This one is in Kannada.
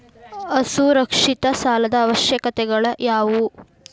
ಅಸುರಕ್ಷಿತ ಸಾಲದ ಅವಶ್ಯಕತೆಗಳ ಯಾವು